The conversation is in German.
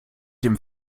dem